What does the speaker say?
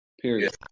Period